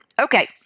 Okay